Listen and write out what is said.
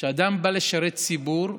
כשאדם בא לשרת ציבור,